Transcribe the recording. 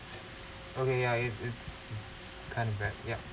okay ya it it's kind of bad ya